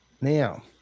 Now